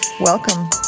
Welcome